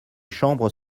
chambres